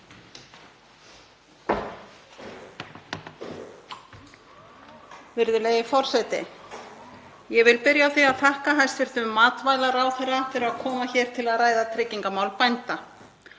Virðulegi forseti. Ég vil byrja á því að þakka hæstv. matvælaráðherra fyrir að koma hér til að ræða tryggingamál bænda.